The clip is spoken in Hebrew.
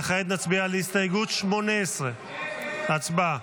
וכעת נצביע על הסתייגות 18. הצבעה.